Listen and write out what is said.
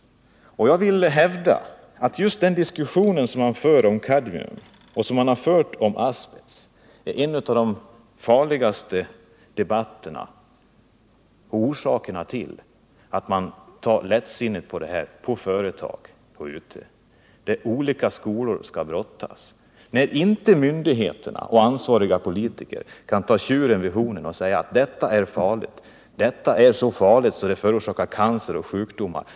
Jag vill hävda att just den diskussion som man för om kadmium och har fört om asbest är en av de största orsakerna till att företag tar lättsinnigt på den här frågan. Så blir det när olika skolor skall brottas med 158 varandra och när myndigheter och ansvariga politiker inte kan ta tjuren vid hornen och säga: Detta är så farligt att det förorsakar cancer och andra sjukdomar.